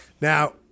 Now